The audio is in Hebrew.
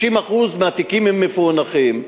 60% מהתיקים מפוענחים.